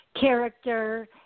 character